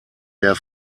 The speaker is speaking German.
der